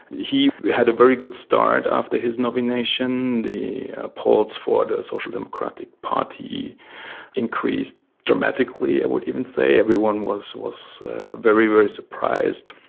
he had a very good start after his nomination. the polls for the social democratic party increased dramatically, i would even say. everyone was was very, very surprised.